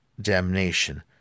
damnation